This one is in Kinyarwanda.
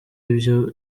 ivyo